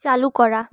চালু করা